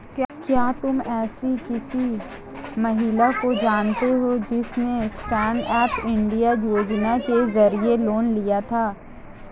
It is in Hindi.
क्या तुम एसी किसी महिला को जानती हो जिसने स्टैन्डअप इंडिया योजना के जरिए लोन लिया था?